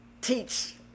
teach